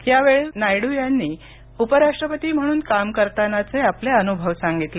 यावेळी नायडू यांनी उपराष्ट्रपती म्हणून काम करतानाचे आपले अनुभव सांगितले